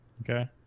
Okay